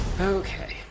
Okay